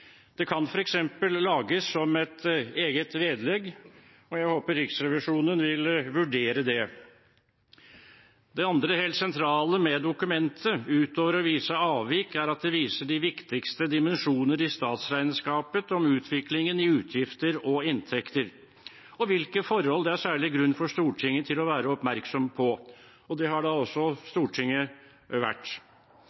Det kan f.eks. lages som et eget vedlegg. Jeg håper Riksrevisjonen vil vurdere det. Det andre helt sentrale med dokumentet, utover å vise avvik, er at det viser de viktigste dimensjoner i statsregnskapet om utviklingen i utgifter og inntekter, og hvilke forhold det er særlig grunn for Stortinget til å være oppmerksom på. Det har da også